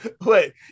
Wait